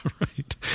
Right